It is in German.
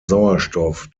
sauerstoff